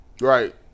Right